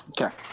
Okay